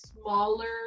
smaller